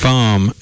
Farm